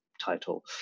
title